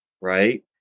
Right